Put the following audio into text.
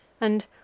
and